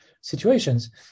situations